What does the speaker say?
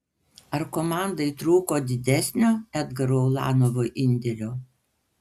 ar komandai trūko didesnio edgaro ulanovo indėlio